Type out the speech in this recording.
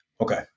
Okay